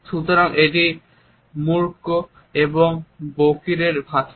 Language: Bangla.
সুতরাং এটি মূক ও বধির এর ভাষা